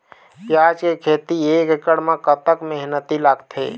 प्याज के खेती एक एकड़ म कतक मेहनती लागथे?